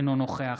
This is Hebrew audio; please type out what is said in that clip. אינו נוכח